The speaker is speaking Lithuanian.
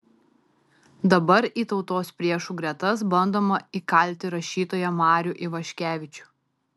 dabar į tautos priešų gretas bandoma įkalti rašytoją marių ivaškevičių